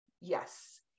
Yes